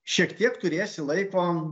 šiek tiek turėsi laiko